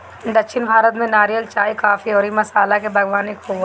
दक्षिण भारत में नारियल, चाय, काफी अउरी मसाला के बागवानी खूब होला